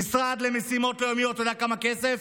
המשרד למשימות לאומיות, אתה יודע כמה כסף?